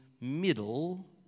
middle